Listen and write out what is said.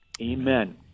Amen